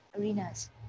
arenas